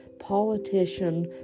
politician